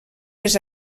les